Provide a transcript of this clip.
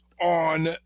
on